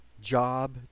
Job